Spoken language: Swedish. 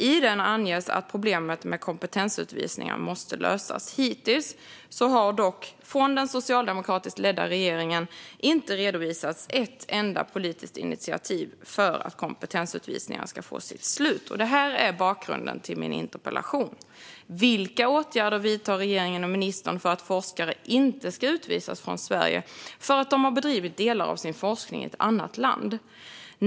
I den anges att problemet med kompetensutvisningar måste lösas. Hittills har det från den socialdemokratiskt ledda regeringen dock inte redovisats ett enda politiskt initiativ för att kompetensutvisningarna ska få sitt slut. Detta är bakgrunden till min interpellation. Vilka åtgärder vidtar regeringen och ministern för att forskare inte ska utvisas från Sverige för att de har bedrivit delar av sin forskning i ett annat land?